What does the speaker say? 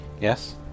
Yes